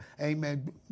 amen